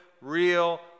real